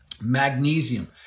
Magnesium